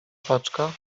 paczka